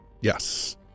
Yes